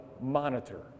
monitor